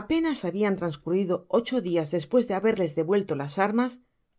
apenas habian trascurrido ocho dias despues de haberles devuelto las armas